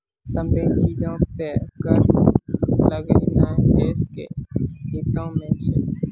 सभ्भे चीजो पे कर लगैनाय देश के हितो मे छै